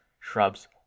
shrubs